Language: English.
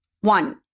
One